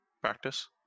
practice